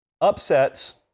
Upsets